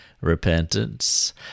repentance